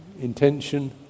intention